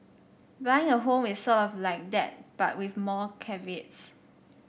buying a home is sort of like that but with more caveats